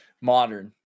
modern